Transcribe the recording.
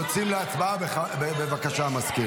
אמרת עוברים להצבעה, תעברו להצבעה.